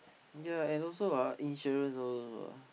ya and also ah insurance all those also